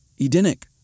Edenic